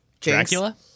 Dracula